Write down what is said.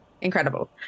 incredible